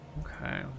Okay